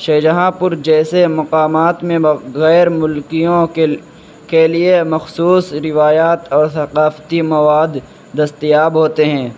شاہجہاں پور جیسے مقامات میں بگ غیرملکیوں کے کے لیے مخصوص روایات اور ثقافتی مواد دستیاب ہوتے ہیں